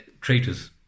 traitors